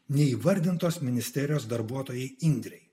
neįvardintos ministerijos darbuotojai indrei